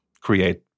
create